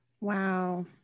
Wow